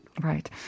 Right